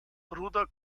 bruder